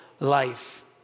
life